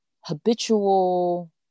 habitual